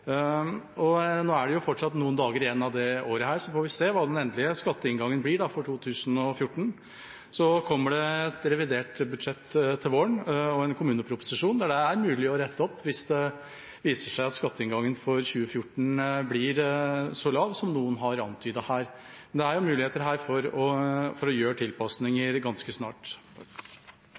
på. Nå er det jo fortsatt noen dager igjen av dette året, så får vi se hva den endelige skatteinngangen blir for 2014. Så kommer det et revidert budsjett til våren og en kommuneproposisjon, som det er mulig å rette opp hvis det viser seg at skatteinngangen for 2014 blir så lav som noen har antydet her. Det er jo muligheter her for å gjøre tilpasninger ganske snart.